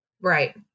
Right